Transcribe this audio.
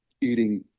eating